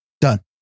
Done